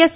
S